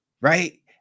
Right